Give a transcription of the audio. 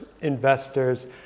investors